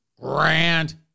Grand